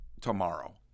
tomorrow